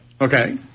Okay